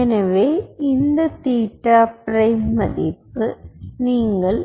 எனவே இந்த theta prime மதிப்பு நீங்கள்